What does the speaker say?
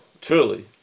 truly